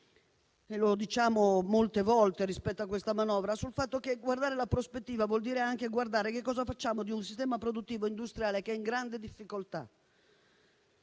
e lo diciamo molte volte rispetto a questa manovra - sul fatto che guardare la prospettiva vuol dire anche guardare che cosa facciamo di un sistema produttivo industriale che è in grande difficoltà.